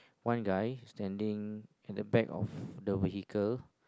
one guy standing at the back of the vehicle